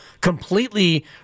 completely